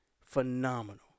phenomenal